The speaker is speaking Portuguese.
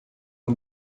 uma